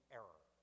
error